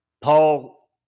Paul